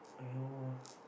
i don't know lah